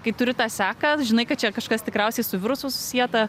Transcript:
kai turi tą seką žinai kad čia kažkas tikriausiai su virusu susieta